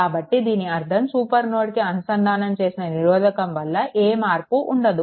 కాబట్టి దాని అర్థం ఆ సూపర్ నోడ్ కి అనుసంధానం చేసిన నిరోధకం వల్ల ఏ మార్పు ఉండదు